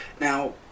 Now